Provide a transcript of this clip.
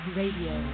radio